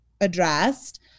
addressed